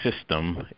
system